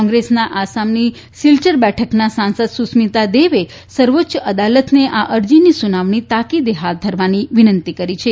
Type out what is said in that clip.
કોંગ્રેસના આસામની સીલ્ચર બેઠકના સાંસદ સુસ્મીતા દેવે સર્વોચ્ચ અદાલતને આ અરજીની સુનાવજી તાકીદે હાથ ધરવાની વિનંતી કરી છે